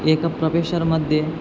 एक प्रवेशर् मध्ये